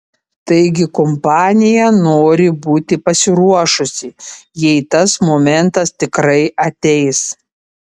taigi kompanija nori būti pasiruošusi jei tas momentas tikrai ateis